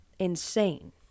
Insane